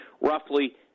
roughly